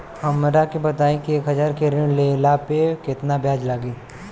हमरा के बताई कि एक हज़ार के ऋण ले ला पे केतना ब्याज लागी?